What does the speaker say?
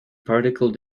particle